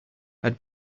had